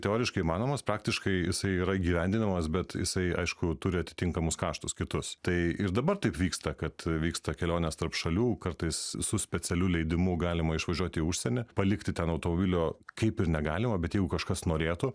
teoriškai įmanomas praktiškai jisai yra įgyvendinamas bet jisai aišku turi atitinkamus kaštus kitus tai ir dabar taip vyksta kad vyksta kelionės tarp šalių kartais su specialiu leidimu galima išvažiuot į užsienį palikti ten automobilio kaip ir negalima bet jeigu kažkas norėtų